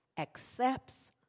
accepts